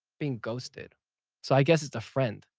being ghosted. so i guess it's a friend.